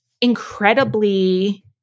incredibly